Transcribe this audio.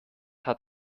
hat